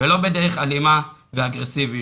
ולא בדרך אלימה ואגרסיבית.